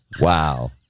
Wow